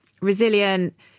resilient